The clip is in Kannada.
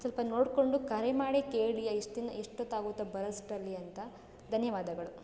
ಸ್ವಲ್ಪ ನೋಡಿಕೊಂಡು ಕರೆ ಮಾಡಿ ಕೇಳಿ ಎಷ್ಟು ದಿನ ಎಷ್ಟೊತ್ತು ಆಗುತ್ತೆ ಬರೋಷ್ಟ್ರಲ್ಲಿ ಅಂತ ಧನ್ಯವಾದಗಳು